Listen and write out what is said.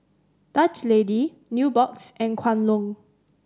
Dutch Lady Nubox and Kwan Loong